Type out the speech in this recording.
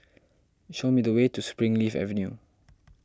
show me the way to Springleaf Avenue